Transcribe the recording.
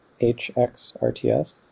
HXRTS